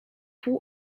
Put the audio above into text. pół